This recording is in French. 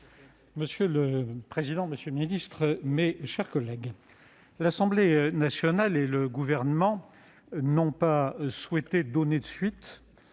Monsieur le président, monsieur le garde des sceaux, mes chers collègues, l'Assemblée nationale et le Gouvernement n'ont pas souhaité donner suite